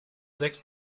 sechs